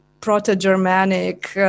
Proto-Germanic